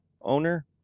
owner